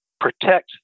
Protect